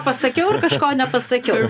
pasakiau ir kažko nepasakiau